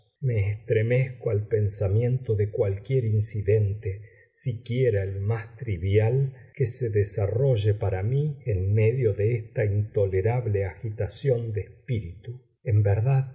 me estremezco al pensamiento de cualquier incidente siquiera el más trivial que se desarrolle para mí en medio de esta intolerable agitación de espíritu en verdad